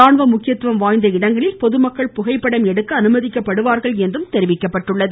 ராணுவ முக்கியத்துவம் வாய்ந்த இடங்களில் பொதுமக்கள் புகைப்படம் எடுக்க அனுமதிக்கப்படுவார்கள் என்றும் தெரிவிக்கப்பட்டுள்ளது